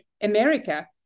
America